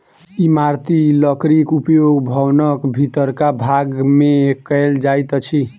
इमारती लकड़ीक उपयोग भवनक भीतरका भाग मे कयल जाइत अछि